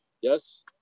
yes